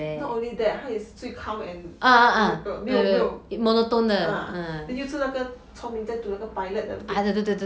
not only that 她也是最 calm and 那个没有没有 ah 又是那个聪明在读那个 pilot 的 book